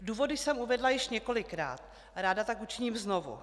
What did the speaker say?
Důvody jsem uvedla již několikrát a ráda tak učiním znovu.